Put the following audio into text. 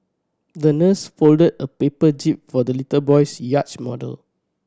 the nurse folded a paper jib for the little boy's yacht model